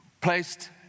placed